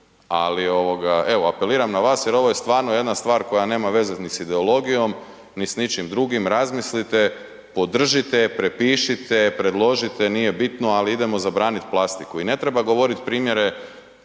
ovoga, evo apeliram na vas jer ovo je stvarno jedna stvar koja nema veze ni s ideologijom, ni s ničim drugim, razmislite, podržite, prepišite, predložite, nije bitno, al idemo zabranit plastiku i ne treba govorit primjere